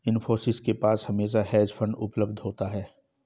इन्फोसिस के पास हमेशा हेज फंड उपलब्ध होता है